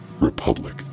republic